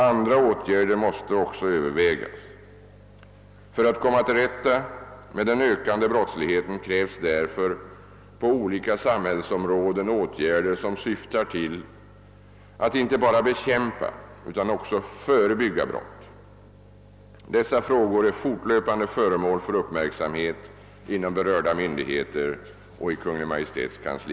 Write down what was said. Andra åtgärder måste också övervägas. För att komma till rätta med den ökande brottsligheten krävs därför på olika samhällsområden åtgärder som syftar till att inte bara bekämpa utan också förebygga brott. Dessa frågor är fortlöpande föremål för uppmärksamhet inom berörda myndigheter och i Kungl. Maj:ts kansli.